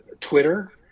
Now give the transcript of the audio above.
Twitter